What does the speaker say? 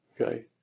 Okay